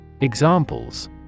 Examples